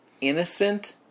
innocent